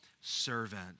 servant